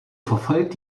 verfolgt